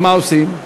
מה עושים?